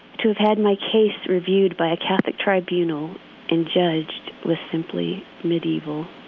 to have had my case reviewed by a catholic tribunal and judged was simply medieval.